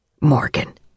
Morgan